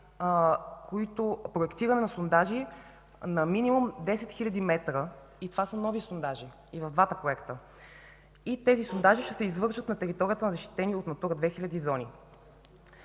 проектирани сондажи на минимум 10 хил. м, и това са нови сондажи – и в двата проекта. Те ще се извършат на територията на защитени от „Натура 2000“ зони.